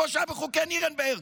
כמו שהיה בחוקי נירנברג.